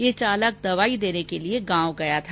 यह चालक दवाई देने के लिए गांव आया था